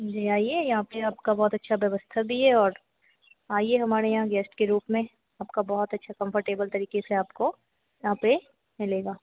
जी आइए यहाँ पर आपका बहुत अच्छा व्यवस्था भी है और आइए हमारे यहाँ गेस्ट के रूप में आपका बहुत अच्छा कम्फ़र्टेबल तरीके से आपको यहाँ पर मिलेगा